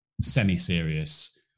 semi-serious